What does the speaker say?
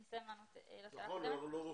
אבל לפני אני אומר עוד דבר אחד.